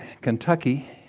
Kentucky